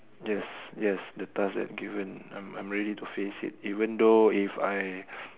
yes yes the task that is given I'm I'm ready to face it even though if I